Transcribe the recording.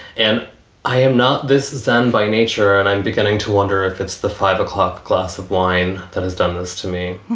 and i am not this zen by nature. and i'm beginning to wonder if it's the five o'clock glass of wine that has done this to me